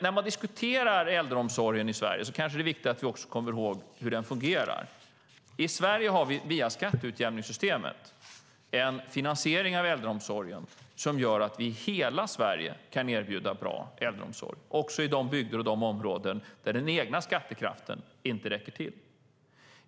När man diskuterar äldreomsorgen i Sverige kanske det är viktigt att också komma ihåg hur den fungerar. I Sverige har vi via skatteutjämningssystemet en finansiering av äldreomsorgen som gör att vi kan erbjuda bra äldreomsorg i hela Sverige, också i de bygder och områden där den egna skattekraften inte räcker till.